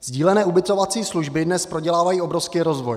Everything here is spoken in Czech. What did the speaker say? Sdílené ubytovací služby dnes prodělávají obrovský rozvoj.